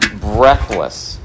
breathless